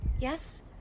yes